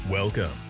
Welcome